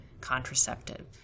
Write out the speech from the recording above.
contraceptive